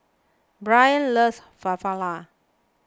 loves